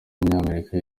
w’umunyamerika